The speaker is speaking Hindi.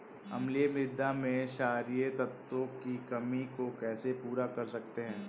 अम्लीय मृदा में क्षारीए तत्वों की कमी को कैसे पूरा कर सकते हैं?